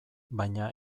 baina